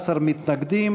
14 מתנגדים.